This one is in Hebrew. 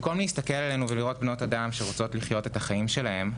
במקום להסתכל עלינו ולראות בנות אדם שרוצות לחיות את החיים שלנו,